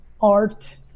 art